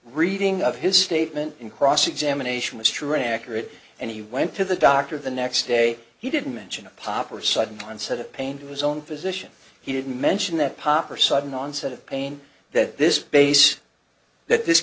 reading of his statement in cross examination was true and accurate and he went to the doctor the next day he didn't mention a pop or sudden onset of pain to his own physician he didn't mention that pop or sudden onset of pain that this base that this